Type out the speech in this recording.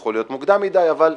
שיכול להיות מוקדם מדי אבל שוב,